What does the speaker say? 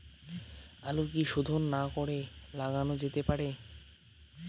আলু কি শোধন না করে লাগানো যেতে পারে?